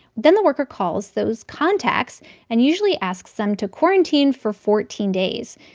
then the worker calls those contacts and usually asks them to quarantine for fourteen days.